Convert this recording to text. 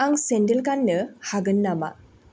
आं सेन्देल गाननो हागोन नामा